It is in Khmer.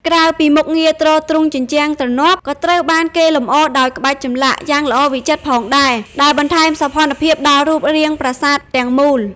ក្រៅពីមុខងារទ្រទ្រង់ ជញ្ជាំងទ្រនាប់ ក៏ត្រូវបានគេលម្អដោយ ក្បាច់ចម្លាក់ យ៉ាងល្អវិចិត្រផងដែរ ដែលបន្ថែមសោភ័ណភាពដល់រូបរាងប្រាសាទទាំងមូល។